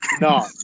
No